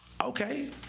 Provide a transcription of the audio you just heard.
Okay